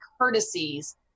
courtesies